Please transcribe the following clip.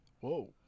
Whoa